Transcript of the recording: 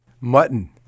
Mutton